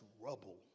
rubble